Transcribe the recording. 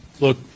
look